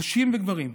נשים וגברים,